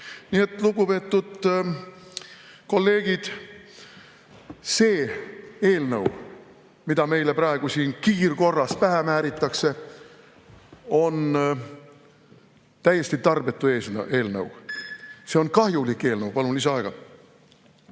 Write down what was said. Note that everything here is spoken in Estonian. Nii et, lugupeetud kolleegid, see eelnõu, mida meile praegu siin kiirkorras pähe määritakse, on täiesti tarbetu eelnõu. See on kahjulik eelnõu. Palun lisaaega.